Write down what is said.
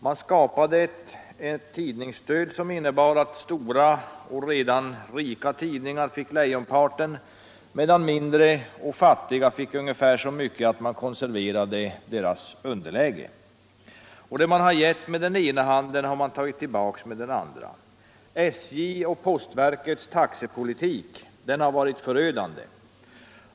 Man skapade ett tidningsstöd som innebar att stora och redan rika tidningar fick lejonparten, medan mindre och fattiga fick ungefär så mycket att deras underläge konserverades. Det man har gett med den ena handen har man tagit tillbaka med den andra. SJ:s och postverkets taxepolitik har varit förödande.